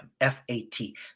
F-A-T